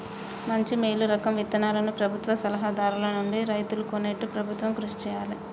మంచి మేలు రకం విత్తనాలను ప్రభుత్వ సలహా దారుల నుండి రైతులు కొనేట్టు ప్రభుత్వం కృషి చేయాలే